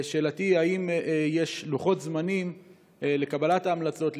שאלתי: האם יש לוחות זמנים לקבלת ההמלצות,